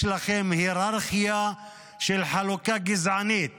יש לכם היררכיה של חלוקה גזענית